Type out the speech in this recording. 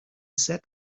sat